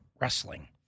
Wrestling